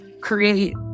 create